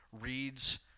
reads